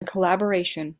collaboration